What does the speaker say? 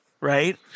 right